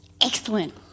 Excellent